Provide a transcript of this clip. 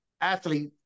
athlete